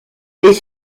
est